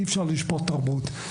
אי אפשר לשפוט תרבות,